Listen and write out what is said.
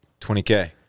20k